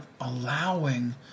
allowing